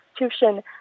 institution